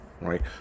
right